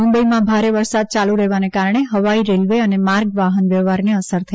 મુંબઇમાં ભારે વરસાદ ચાલુ રહેવાને કારણે હવાઇ રેલવે અને માર્ગ વાહન વ્યવહારને અસર થઇ છે